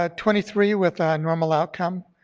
ah twenty three with normal outcome,